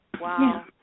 Wow